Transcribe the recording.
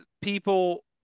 people